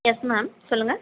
S ma'am சொல்லுங்கள்